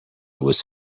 was